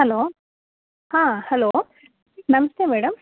hello ಹಾಂ hello ನಮಸ್ತೆ madam